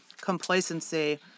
complacency